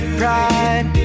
pride